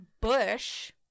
Bush